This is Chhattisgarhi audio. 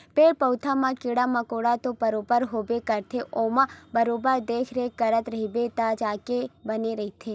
पेड़ पउधा म कीरा मकोरा तो बरोबर होबे करथे ओला बरोबर देखरेख करत रहिबे तब जाके बने रहिथे